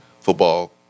Football